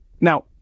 Now